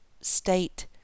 state